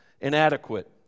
inadequate